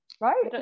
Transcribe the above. right